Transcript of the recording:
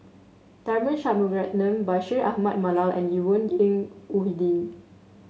Tharman Shanmugaratnam Bashir Ahmad Mallal and Yvonne Ng Uhde